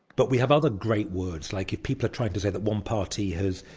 but we have other great words like if people are trying to say that one party has!